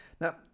Now